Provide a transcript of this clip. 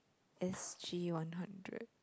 S_G one hundred